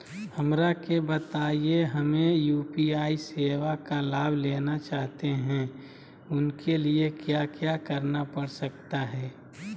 हमरा के बताइए हमें यू.पी.आई सेवा का लाभ लेना चाहते हैं उसके लिए क्या क्या करना पड़ सकता है?